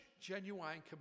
genuine